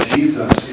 Jesus